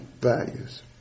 values